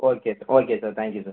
okay sir okay sir thank you sir